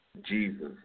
Jesus